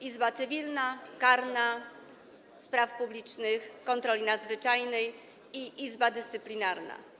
Będą izby: cywilna, karna, spraw publicznych, kontroli nadzwyczajnej i dyscyplinarna.